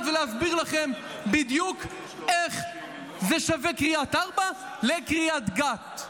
ולהסביר לכם בדיוק איך שווה קריית ארבע לקריית גת.